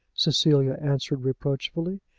cecilia answered reproachfully.